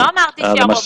לא אמרתי שהרוב,